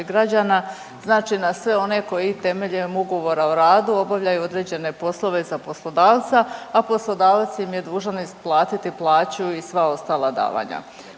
građana, znači na sve one koji temeljem ugovora o radu obavljaju određene poslove za poslodavca, a poslodavac im je dužan isplatiti plaću i sva ostala davanja.